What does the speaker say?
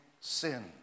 sin